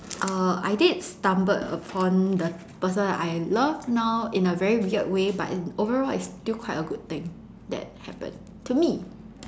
err I did stumbled upon the person I love now in a very weird way but in overall it's still quite a good thing that happened to me